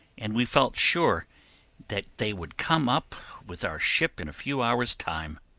and we felt sure that they would come up with our ship in a few hours' time.